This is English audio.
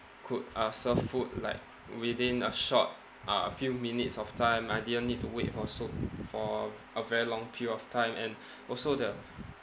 could uh serve food like within a short uh a few minutes of time I didn't need to wait for so for a very long period of time and also the